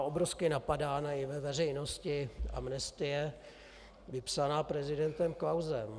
Obrovsky je napadána ve veřejnosti amnestie vypsaná prezidentem Klausem.